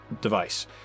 device